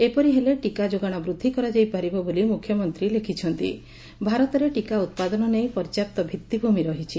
ଏପରି ହେଲେ ଟିକା ଯୋଗାଣ ବୃଦ୍ଧି କରାଯାଇ ପାରିବ ବୋଲି ମୁଖ୍ୟମନ୍ତୀ ଲେଖିଛନ୍ତି ଭାରତରେ ଟିକା ଉପାଦନ ନେଇ ପର୍ଯ୍ୟାପ୍ତ ଭିଉିଭ୍ରମି ରହିଛି